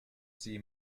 see